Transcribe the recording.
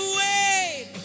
wait